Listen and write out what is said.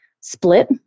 split